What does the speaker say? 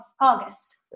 August